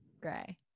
Gray